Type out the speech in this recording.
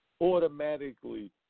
automatically